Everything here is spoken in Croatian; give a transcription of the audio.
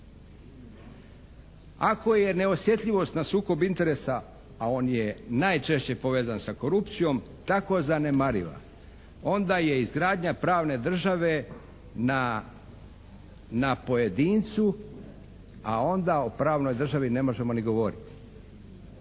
Ako je neosjetljivost na sukob interesa a on je najčešće povezan sa korupcijom tako zanemariva. Onda je izgradnja pravne države na pojedincu a onda o pravnoj državi ne možemo ni govoriti.